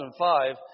2005